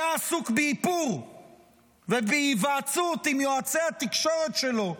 היה עסוק באיפור ובהיוועצות עם יועצי התקשורת שלו,